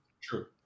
true